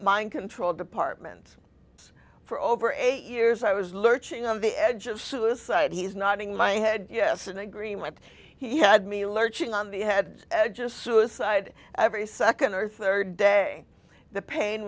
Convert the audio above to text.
mind control department for over eight years i was lurching on the edge of suicide he's not in my head yes an agreement he had me lurching on the had just suicide every second or third day the pain